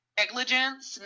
negligence